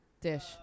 Dish